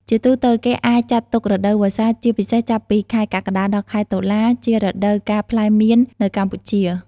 ជាទូទៅ គេអាចចាត់ទុក រដូវវស្សា ជាពិសេសចាប់ពី ខែកក្កដាដល់ខែតុលា ជារដូវកាលផ្លែមៀននៅកម្ពុជា។